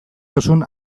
duzun